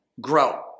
grow